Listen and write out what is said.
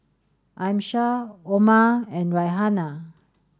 Amsyar Omar and Raihana